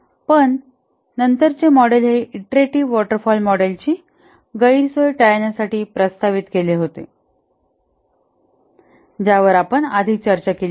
पण नंतर चे मॉडेल हे इटरेटीव्ह वॉटर फॉल मॉडेल ची गैरसोय टाळण्यासाठी प्रस्तावित केले होते ज्यावर आपण आधी चर्चा केली आहे